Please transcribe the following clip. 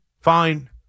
Fine